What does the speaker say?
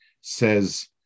says